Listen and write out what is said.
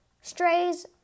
Strays